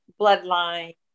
bloodline